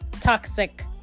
toxic